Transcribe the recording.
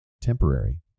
temporary